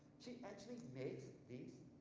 she actually makes these